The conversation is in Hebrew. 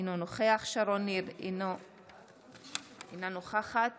אינו נוכח שרון ניר, אינה נוכחת